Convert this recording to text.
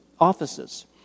offices